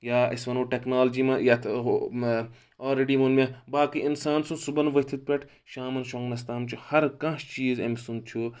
یا یا أسۍ وَنو ٹیکنالجی ما یَتھ آلریڈی ووٚن مےٚ باقٕے اِنسان سُنٛد صُبحن ؤتھِتھ پیٚٹھ شامَن شوٚنٛگنَس تام چھُ ہر کانٛہہ چیٖز أمۍ سُنٛد چھُ